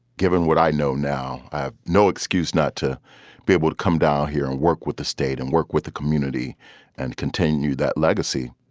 given what i know now, i have no excuse not to be able to come down here and work with the state and work with the community and continue that legacy.